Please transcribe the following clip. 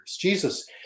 Jesus